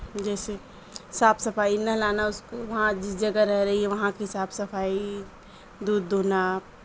جیسے صاف صفائی نہلانا اس کو وہاں جس جگہ رہ رہی ہے وہاں کی صاف صفائی دودھ دھونا